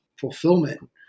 fulfillment